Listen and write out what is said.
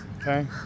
Okay